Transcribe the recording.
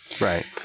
Right